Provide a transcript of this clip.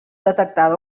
detectada